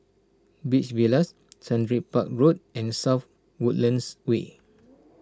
Beach Villas Sundridge Park Road and South Woodlands Way